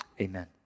amen